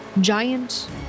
giant